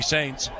Saints